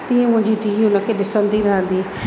तीअं ई मुंहिंजी धीउ उन खे ॾिसंदी रहंदी